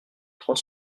trois